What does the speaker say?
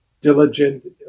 diligent